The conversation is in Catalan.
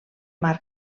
mar